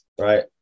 right